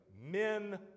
Men